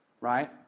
right